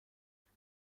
باید